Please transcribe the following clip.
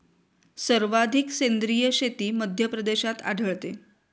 सर्वाधिक सेंद्रिय शेती मध्यप्रदेशात आढळते